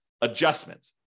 adjustment